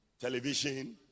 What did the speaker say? Television